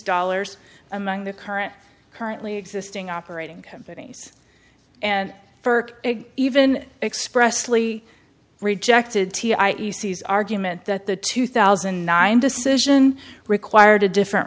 dollars among the current currently existing operating companies and for even expressly rejected t i e c s argument that the two thousand and nine decision required a different